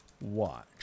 watch